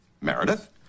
Meredith